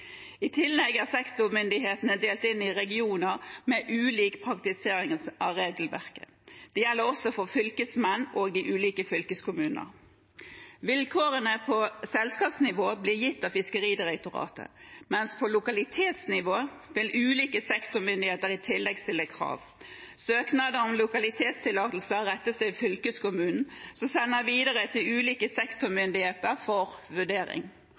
I tillegg er sektormyndighetene delt inn i regioner med ulik praktisering av regelverket. Det gjelder også for fylkesmenn og i ulike fylkeskommuner. Vilkårene på selskapsnivå blir gitt av Fiskeridirektoratet, mens på lokalitetsnivå vil ulike sektormyndigheter i tillegg stille krav. Søknader om lokalitetstillatelse rettes til fylkeskommunen, som sender videre til ulike sektormyndigheter for vurdering.